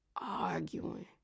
arguing